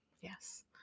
Yes